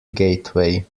gateway